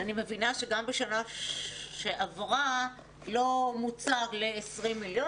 שאני מבינה שגם בשנה שעברה לא מוצה ל-20 מיליון,